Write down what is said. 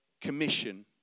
commission